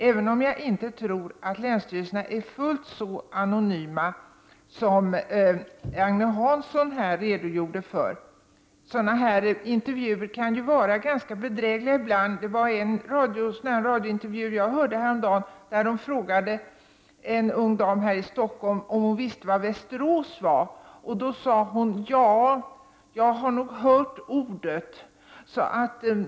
Jag tror dock inte att länsstyrelserna är fullt så anonyma som Agne Hansson här påstår. Intervjuer kan vara ganska bedrägliga. Jag hörde en radiointervju häromdagen där man frågade en ung kvinna här i Stockholm om hon visste vad Västerås var. Då svarade hon: Jag har hört ordet.